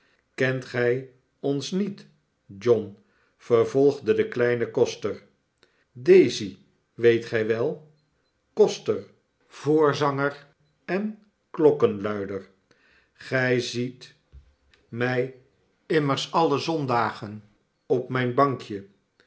kent gij ons niet john vervolgde de kleme koster daisy weet gijwel koster voorzanger en klokluider ljziet my immers alle zondagen op mijn bankje